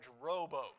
rowboat